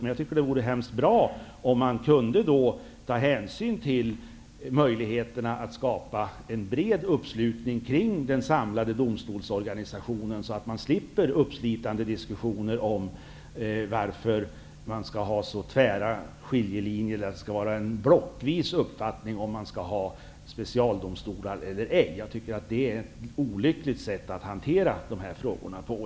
Men jag tycker att det vore bra om det gick att ta hänsyn till möjligheterna att skapa en bred uppslutning kring den samlade domstolsorganisationen för att slippa uppslitande diskussioner om varför det skall vara så tvära skiljelinjer -- en blockvis uppfattning -- i fråga om specialdomstolar. Jag tycker att det är ett olyckligt sätt att hantera frågorna på.